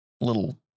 little